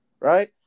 right